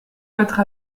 votre